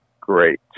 great